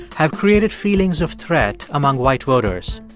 have created feelings of threat among white voters,